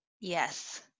Yes